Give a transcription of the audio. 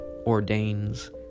ordains